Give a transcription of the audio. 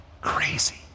Crazy